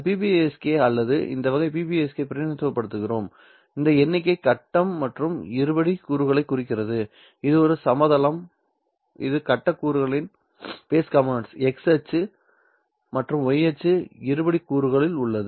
BPSK அல்லது இந்த வகை BPSK ஐ பிரதிநிதித்துவப்படுத்துகிறோம் இந்த எண்ணிக்கை கட்டம் மற்றும் இருபடி கூறுகளை குறிக்கிறது இது ஒரு சமதளம் இதில் கட்ட கூறுகளில் x அச்சு மற்றும் y அச்சு இருபடி கூறுகள் உள்ளது